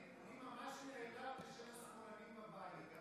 אני ממש נעלב בשם השמאלנים בבית.